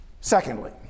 Secondly